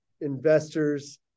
investors